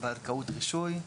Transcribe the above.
הבנקאות (רישוי).